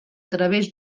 través